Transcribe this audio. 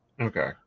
Okay